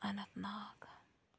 Anant Nag